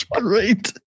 right